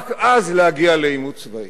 רק אז להגיע לעימות צבאי.